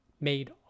made